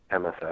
MSS